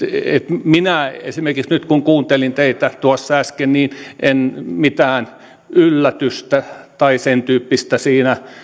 minä esimerkiksi nyt kun kuuntelin teitä tuossa äsken en mitään yllätystä tai sentyyppistä siinä